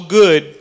good